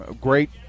great